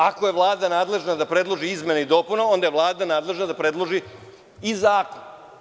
Ako je Vlada nadležna da predloži izmene i dopune, onda je Vlada nadležna da predloži i zakon.